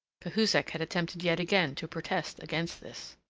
cahusac had attempted yet again to protest against this.